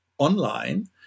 Online